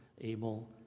Abel